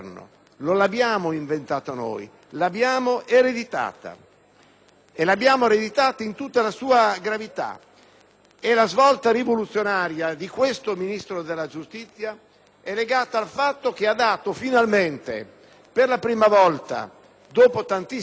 l'abbiamo ereditata in tutta la sua gravità. La svolta rivoluzionaria dell'attuale Ministro della giustizia è legata al fatto che ha dato, finalmente, per la prima volta dopo tantissimi anni, centralità alle Commissioni parlamentari.